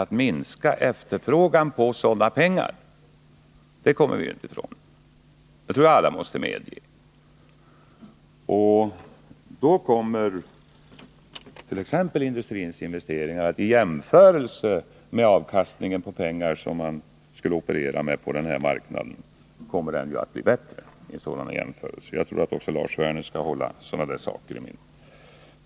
Det minskar efterfrågan på sådana pengar — det tror jag alla måste medge. Då kommer — efter en jämförelse med avkastningen på de pengar som man skulle operera med på denna marknad — t.ex. industrins investeringar i ett bättre läge. Jag tror att också Lars Werner skall hålla dessa saker i minnet.